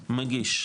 מגיש,